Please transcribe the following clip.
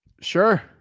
sure